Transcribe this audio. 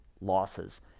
losses